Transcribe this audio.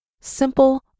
simple